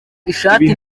ishati